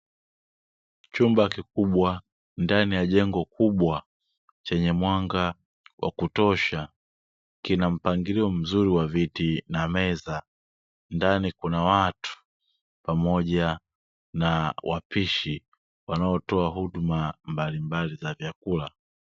Chumba kikubwa, ndani ya jengo kubwa chenye mwanga wa kutosha, kina mpangilio mzuri wa viti na meza ndani kuna watu pamoja na wapishi wanaotoa huduma mbalimbali za vyakula .